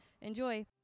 Enjoy